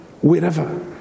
Wherever